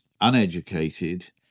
uneducated